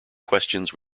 questions